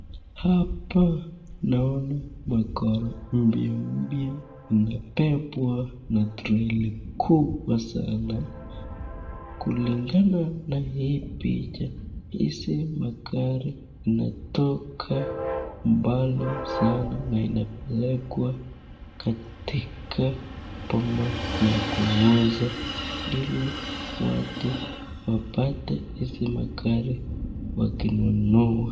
Hapa naona magari mpya mpya imebebwa na trela kubwa sana. Kulingana na hii picha hizi magari zinatoka mbali sana na inapelekwa katika boma ya kuuza ili watu wapate hizi Magari wakinunua.